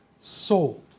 sold